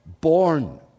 born